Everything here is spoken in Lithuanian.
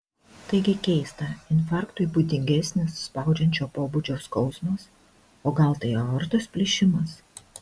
taigi keista infarktui būdingesnis spaudžiančio pobūdžio skausmas o gal tai aortos plyšimas